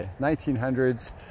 1900s